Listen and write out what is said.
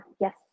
yes